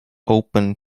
open